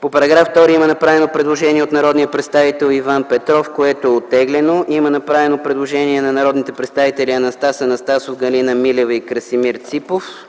По § 2 има направено предложение от народния представител Иван Петров, което е оттеглено. Има направено предложение на народните представители Анастас Анастасов, Галина Милева и Красимир Ципов,